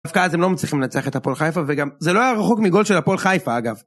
דווקא אז הם לא מצליחים לנצח את הפועל חיפה וגם זה לא היה רחוק מגול של הפועל חיפה אגב